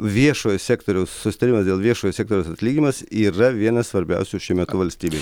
viešojo sektoriaus susitarimas dėl viešojo sektoriaus atlyginimas yra vienas svarbiausių šiame valstybei